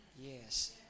Yes